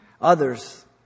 Others